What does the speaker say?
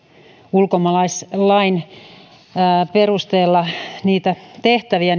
ulkomaalaislain perusteella tehtäviä